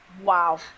wow